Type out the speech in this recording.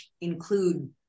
include